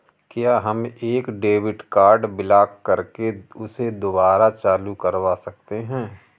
क्या हम एक डेबिट कार्ड ब्लॉक करके उसे दुबारा चालू करवा सकते हैं?